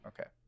okay